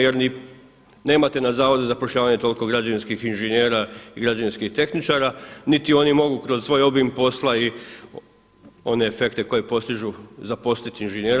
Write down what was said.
Jer ni nemate na Zavodu za zapošljavanje toliko građevinskih inženjera i građevinskih tehničara, niti oni mogu kroz svoj obim posla i one efekte koje postižu zaposliti inženjera.